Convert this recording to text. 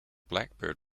blackbird